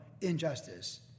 injustice